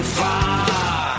far